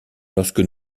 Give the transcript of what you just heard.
lorsque